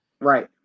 right